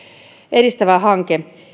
edistävä hanke